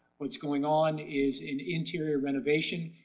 what's going on is in interior renovation.